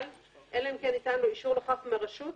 אלא אם כן ניתן לו אישור לכך מהרשות,